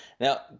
Now